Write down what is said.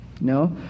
No